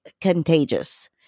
contagious